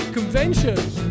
Conventions